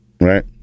right